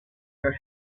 your